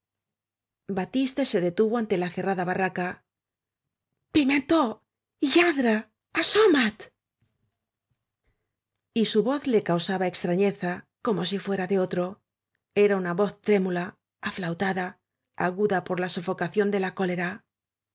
batiste se detuvo ante la cerrada barraca pimentó lladre asómat y su voz le causaba extrañeza como si fuera de otro era una voz trémula aflautada aguda por la sofocación de la cólera